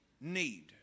need